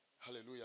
Hallelujah